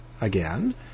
again